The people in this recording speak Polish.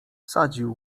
wsadził